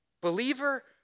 believer